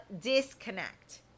disconnect